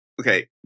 Okay